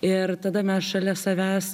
ir tada mes šalia savęs